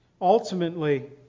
ultimately